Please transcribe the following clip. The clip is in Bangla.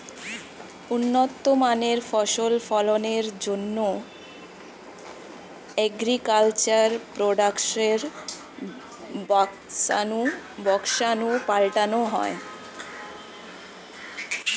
উন্নত মানের ফসল ফলনের জন্যে অ্যাগ্রিকালচার প্রোডাক্টসের বংশাণু পাল্টানো হয়